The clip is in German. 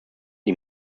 die